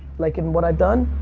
like, in what i've done.